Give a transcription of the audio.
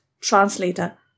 Translator